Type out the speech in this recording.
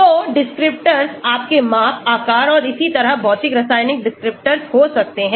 तो descriptors आपके माप आकार और इसी तरह भौतिक रासायनिक descriptors हो सकते हैं